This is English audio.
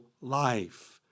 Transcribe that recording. life